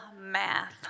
Math